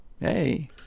Hey